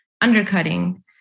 undercutting